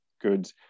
good